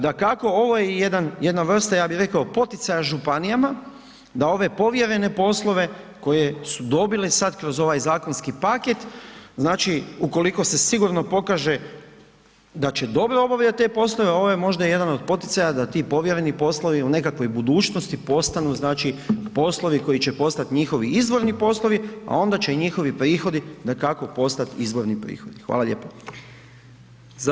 Dakako, ovo je jedna vrsta ja bi rekao poticaja županijama da ove povjerene poslove koje su dobile sad kroz ovaj zakonski paket, ukoliko se sigurno pokaže da će dobro obavljati ove poslove, ovo je možda jedan od poticaja da ti povjereni poslovi u nekakvoj budućnosti postanu poslovi koji će postati njihovi izvorni poslovi a onda će i njihovi prihodi dakako postati izvorni prohodi, hvala lijepo.